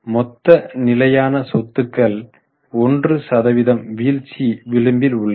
மொத்த நிலையான சொத்துக்கள் 1 சதவீதம் வீழ்ச்சி விளிம்பில் உள்ளது